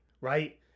right